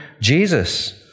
Jesus